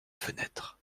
fenêtre